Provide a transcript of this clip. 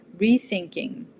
rethinking